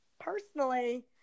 personally